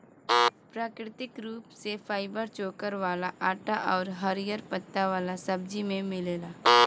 प्राकृतिक रूप से फाइबर चोकर वाला आटा आउर हरिहर पत्ता वाला सब्जी में मिलेला